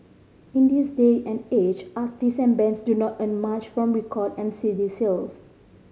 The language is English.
in this day and age artists and bands do not earn much from record and C D sales